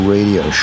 Radio